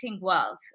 wealth